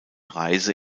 reise